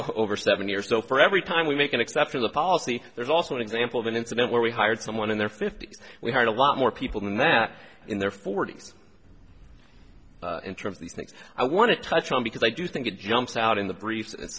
over seven years so for every time we make an exception the policy there's also an example of an incident where we hired someone in their fifty's we had a lot more people than that in their forty's in terms of the things i want to touch on because i do think it jumps out in the br